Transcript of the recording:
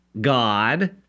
God